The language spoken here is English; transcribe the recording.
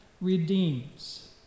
redeems